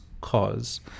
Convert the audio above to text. cause